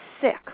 sick